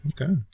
Okay